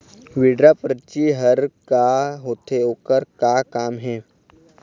Withdraw परची हर का होते, ओकर का काम हे?